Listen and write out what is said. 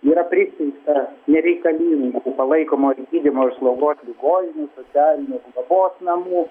yra pristeigta nereikalingų palaikomojo ir gydymo ir slaugos ligoninių socialinių globos namų